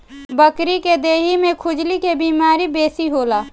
बकरी के देहि में खजुली के बेमारी बेसी होला